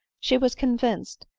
she was con vinced,